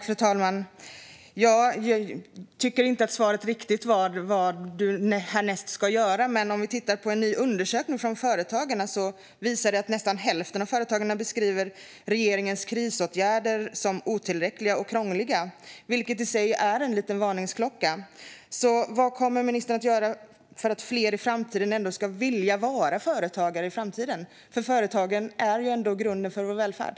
Fru talman! Jag tycker att svaret inte riktigt beskrev vad näringsministern härnäst ska göra. Om vi tittar på en ny undersökning från Företagarna ser vi att nästan hälften av företagarna beskriver regeringens krisåtgärder som otillräckliga och krångliga, vilket i sig är en liten varningsklocka. Vad kommer ministern att göra för att fler i framtiden ska vilja vara företagare? Företagen är ju ändå grunden för vår välfärd.